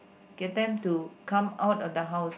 get them to come out of the house